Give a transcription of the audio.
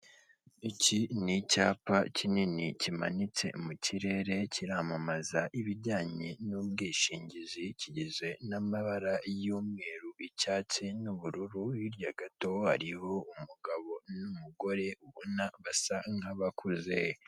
Hoteri yitwa Regasi hoteri aho iherereye ikaba ifite amarangi y'umuhondo ndetse avanze na y'umweru, ikaba iri ahantu heza cyane ku muhanda hari amahumbezi hateye n'ibiti bishobora gutanga akayaga.